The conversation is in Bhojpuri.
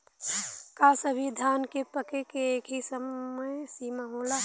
का सभी धान के पके के एकही समय सीमा होला?